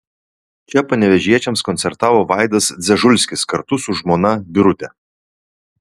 čia panevėžiečiams koncertavo vaidas dzežulskis kartu su žmona birute